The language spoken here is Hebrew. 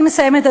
אני מסיימת,